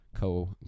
co